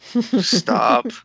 Stop